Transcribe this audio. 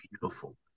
beautiful